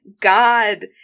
God